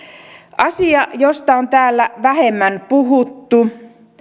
asia josta on täällä vähemmän puhuttu